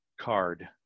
card